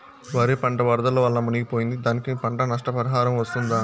వరి పంట వరదల వల్ల మునిగి పోయింది, దానికి పంట నష్ట పరిహారం వస్తుందా?